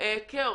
זה כאוס.